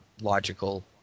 logical